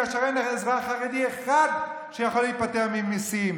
כאשר אין אזרח חרדי אחד שיכול להיפטר ממיסים,